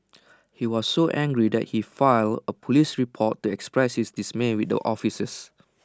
he was so angry that he filed A Police report to express his dismay with the officers